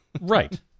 Right